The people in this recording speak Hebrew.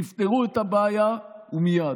תפתרו את הבעיה, ומייד.